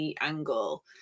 angle